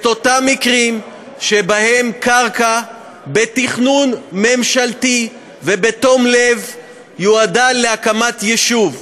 את אותם מקרים שבהם קרקע בתכנון ממשלתי ובתום לב יועדה להקמת יישוב,